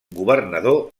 governador